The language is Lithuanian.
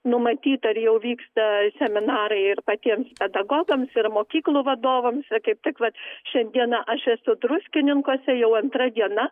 numatyta ir jau vyksta seminarai ir patiems pedagogams ir mokyklų vadovams kaip tik vat šiandieną aš esu druskininkuose jau antra diena